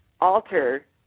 alter